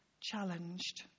challenged